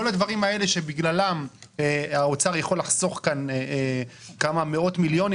כל הדברים האלה שבגללם האוצר יכול לחסוך כאן כמה מאות מיליונים,